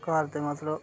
घर दे मतलब